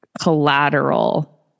collateral